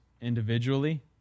individually